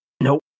nope